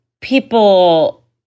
people